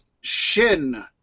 shin